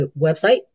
website